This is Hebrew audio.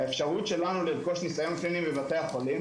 והאפשרות שלנו לרכוש ניסיון קליני בבתי החולים